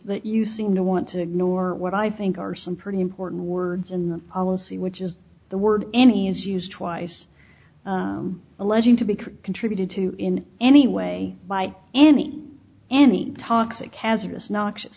that you seem to want to ignore what i think are some pretty important words in the policy which is the word any is used twice alleging to be contributed to in any way by any any toxic hazardous noxious